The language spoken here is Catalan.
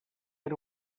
era